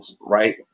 right